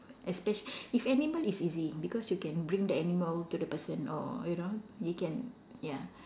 espe~ if animal is easy because you can bring the animal to the person or you know you can ya